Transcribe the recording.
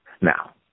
Now